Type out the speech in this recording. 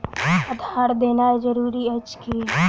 आधार देनाय जरूरी अछि की?